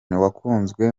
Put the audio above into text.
wakunzwe